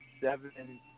seven